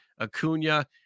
Acuna